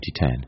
2010